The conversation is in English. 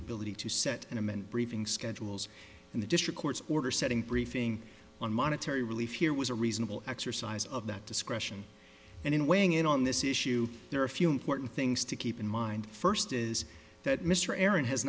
ability to set and amend briefing schedules in the district court's order setting briefing on monetary relief here was a reasonable exercise of that discretion and in weighing in on this issue there are a few important things to keep in mind first is that mr aaron has